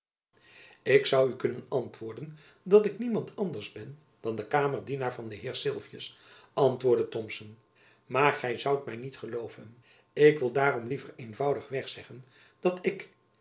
ik zoû u kunnen antwoorden dat ik niemand anders ben dan de kamerdienaar van den heer sylvius antwoordde thomson maar gy zoudt my niet gelooven ik wil daarom liever eenvoudig weg zeggen dat ik